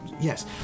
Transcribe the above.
Yes